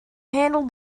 handled